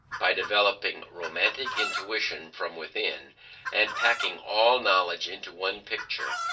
by developing romantic intuition from within and packing all knowledge into one picture,